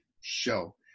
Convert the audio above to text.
show